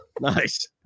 Nice